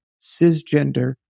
cisgender